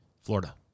Florida